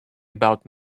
about